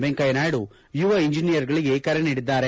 ವೆಂಕಯ್ಯನಾಯ್ದು ಯುವ ಇಂಜಿನಿಯರ್ಗಳಿಗೆ ಕರೆ ನೀಡಿದ್ದಾರೆ